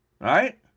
Right